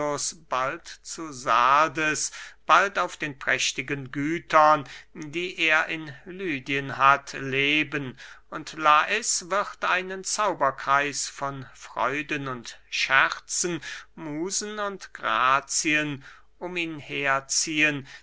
bald zu sardes bald auf den prächtigen gütern die er in lydien hat leben und lais wird einen zauberkreis von freuden und scherzen musen und grazien um ihn her